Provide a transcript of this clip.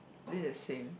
this is the same